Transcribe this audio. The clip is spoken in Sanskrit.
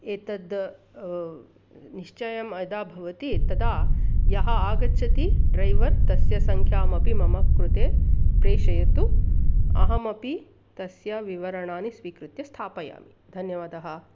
एतद् निश्चयं यदा भवति तदा यः आगच्छति ड्रैवर् तस्य सङ्ख्यामपि मम कृते प्रेषयतु अहमपि तस्य विवरणानि स्वीकृत्य स्थापयामि धन्यवादः